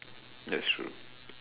that's true